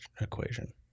equation